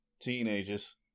teenagers